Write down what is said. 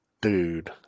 Dude